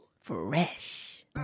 Fresh